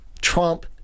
Trump